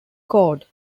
code